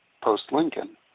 post-Lincoln